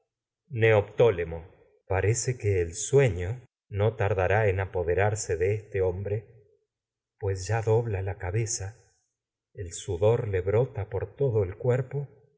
levantar neoptólemo parece que el sueño no ya tardapá la en apoderarse el sudor de este hombre pues dobla la cabeza le brota por todo el cuerpo